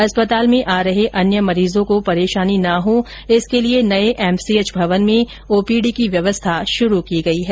अस्पताल में आ रहे अन्य मरीजों को परेशानी न हों इसके लिए नये एमसीएच भवन में ओपीडी की व्यवस्था शुरू की गयी है